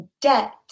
debt